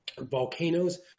volcanoes